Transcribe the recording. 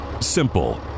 Simple